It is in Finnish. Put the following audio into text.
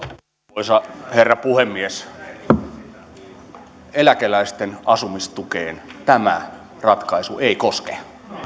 arvoisa herra puhemies eläkeläisten asumistukea tämä ratkaisu ei koske